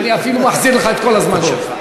אני אפילו מחזיר לך את כל הזמן שלך.